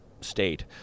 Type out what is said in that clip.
state